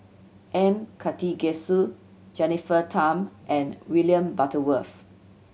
M Karthigesu Jennifer Tham and William Butterworth